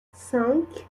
cinq